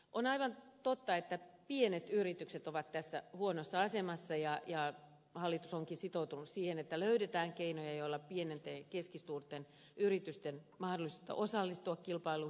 on aivan totta että pienet yritykset ovat tässä huonossa asemassa ja hallitus onkin sitoutunut siihen että löydetään keinoja joilla pienten ja keskisuurten yritysten mahdollisuutta osallistua kilpailuihin parannetaan